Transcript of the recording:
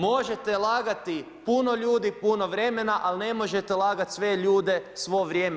Možete lagati puno ljudi puno vremena ali ne možete lagati sve ljude svo vrijeme.